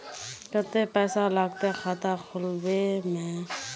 केते पैसा लगते खाता खुलबे में?